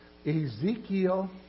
Ezekiel